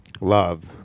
love